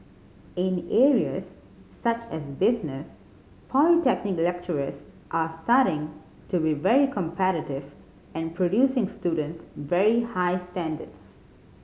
in areas such as business polytechnic lecturers are starting to be very competitive and producing students very high standards